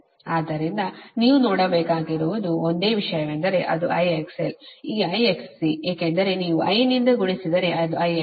ಆದ್ದರಿಂದನೀವು ನೋಡಬೇಕಾಗಿರುವುದು ಒಂದೇ ವಿಷಯವೆಂದರೆ ಅದು IXL ಈ IXC ಏಕೆಂದರೆ ನೀವು I ನಿಂದ ಗುಣಿಸಿದರೆ ಇದು IXC